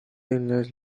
illness